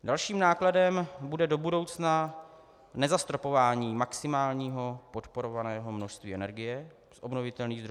Dalším nákladem bude do budoucna nezastropování maximálního podporovaného množství energie z obnovitelných zdrojů.